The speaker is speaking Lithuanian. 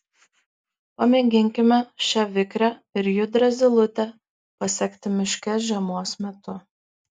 pamėginkime šią vikrią ir judrią zylutę pasekti miške žiemos metu